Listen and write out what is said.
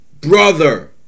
brother